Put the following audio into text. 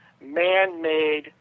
man-made